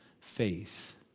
faith